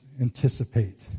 anticipate